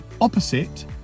opposite